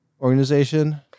organization